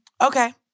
Okay